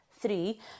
three